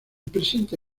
presente